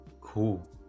Cool